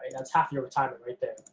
that's half your retirement right there,